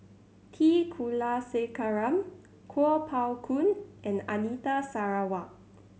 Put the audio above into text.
T Kulasekaram Kuo Pao Kun and Anita Sarawak